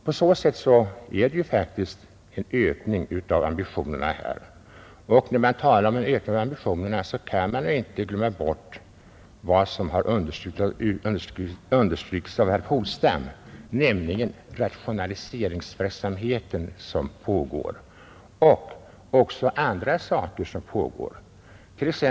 När man talar om en ökning av ambitionerna skall man inte glömma bort vad som har understrukits av herr Polstam, nämligen den rationaliseringsverksamhet som pågår. Även andra åtgärder vidtas för att öka effektiviteten i polisarbetet.